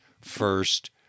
first